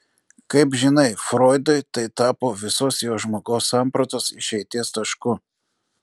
kaip žinai froidui tai tapo visos jo žmogaus sampratos išeities tašku